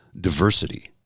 diversity